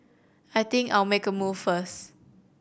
I think I'll make a move first